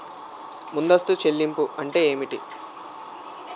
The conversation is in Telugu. ముందస్తు చెల్లింపులు అంటే ఏమిటి?